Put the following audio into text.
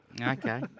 Okay